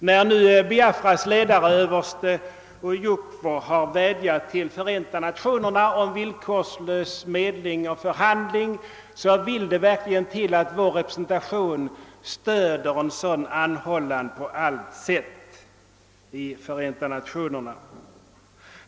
När Biafras ledare general Ojukwu i dagarna har vädjat till Förenta Nationerna om villkorslös medling och förhandling är det verkligen angeläget att vår representation stödjer en sådan anhållan på allt sätt i FN.